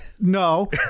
no